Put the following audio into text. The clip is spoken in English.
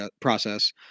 process